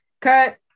Cut